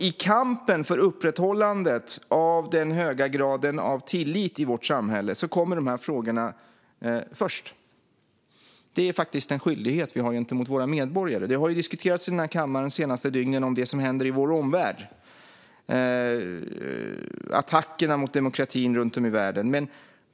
I kampen för upprätthållandet av den höga graden av tillit i vårt samhälle kommer de frågorna först. Det är en skyldighet som vi har gentemot våra medborgare. Under de senaste dygnen har vi i denna kammare diskuterat det som händer i vår omvärld, attackerna mot demokratin runt om i världen.